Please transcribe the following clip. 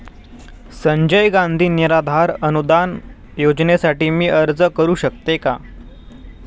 संजय गांधी निराधार अनुदान योजनेसाठी मी अर्ज करू शकते का?